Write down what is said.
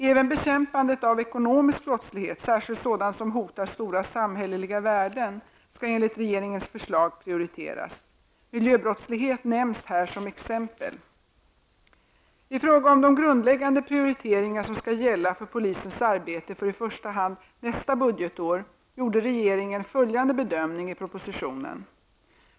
Även bekämpandet av ekonomisk brottslighet, särskilt sådan som hotar stora samhälleliga värden, skall enligt regeringens förslag prioriteras. Miljöbrottslighet nämns här som exempel. I fråga om de grundläggande prioriteringar som skall gälla för polisens arbete för i första hand nästa budgetår gjorde regeringen följande bedömning i propositionen.